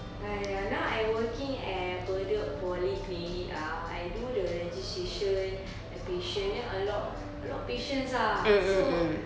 !aiya! now I working at bedok polyclinic ah I do the registration the patient then a lot a lot of patients ah so